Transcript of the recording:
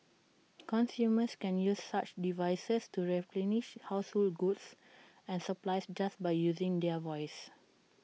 consumers can use such devices to replenish household goods and supplies just by using their voice